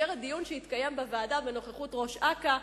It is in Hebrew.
במסגרת דיון שהתקיים בוועדה בנוכחות ראש אכ"א,